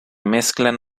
mezclan